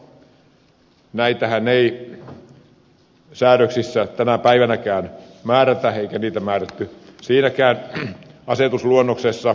näitähän ei säädöksissä tänä päivänäkään määrätä eikä niitä määrätty siinäkään asetusluonnoksessa